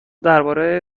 درباره